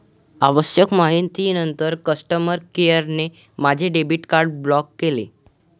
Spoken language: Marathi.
आवश्यक माहितीनंतर कस्टमर केअरने माझे डेबिट कार्ड ब्लॉक केले